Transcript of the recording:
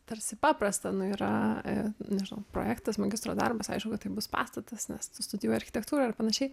tarsi paprasta nu yra nežinau projektas magistro darbas aišku kad tai bus pastatas nes tu studijuoji architektūrą ir panašiai